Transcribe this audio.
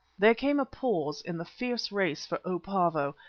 there came a pause in the fierce race for o. pavo,